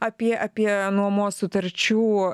apie apie nuomos sutarčių